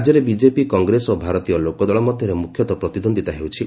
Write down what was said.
ରାଜ୍ୟରେ ବିଜେପି କଂଗ୍ରେସ ଓ ଭାରତୀୟ ଲୋକଦଳ ମଧ୍ୟରେ ମୁଖ୍ୟତଃ ପ୍ରତିଦ୍ୱନ୍ଦିତା ହେଉଛି